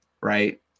right